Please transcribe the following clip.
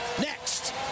Next